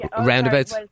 Roundabouts